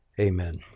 amen